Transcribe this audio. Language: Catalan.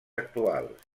actuals